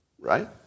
right